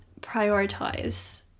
prioritize